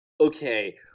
Okay